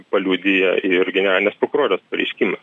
paliudija ir generalinės prokurorės pareiškimas